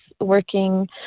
working